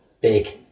big